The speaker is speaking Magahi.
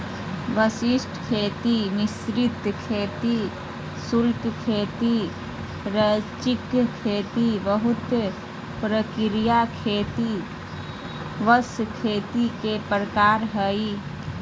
वशिष्ट खेती, मिश्रित खेती, शुष्क खेती, रैचिंग खेती, बहु प्रकारिय खेती सब खेती के प्रकार हय